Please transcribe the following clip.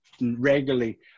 regularly